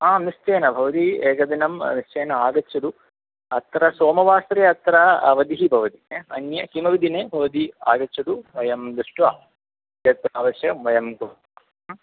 आं निश्चयेन भवती एकदिनं निश्चयेन आगच्छतु अत्र सोमवासरे अत्र अवधिः भवति अन्ये किमपि दिने भवती आगच्छतु वयं दृष्ट्वा यत् अवश्यं वयं कुर्मः ह्म्